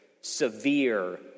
severe